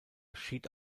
schied